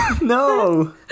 no